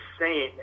insane